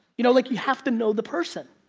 you know, like, you have to know the person.